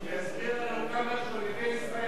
הוא יסביר לנו כמה שאויבי ישראל